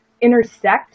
intersect